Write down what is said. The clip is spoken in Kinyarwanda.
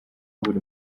buri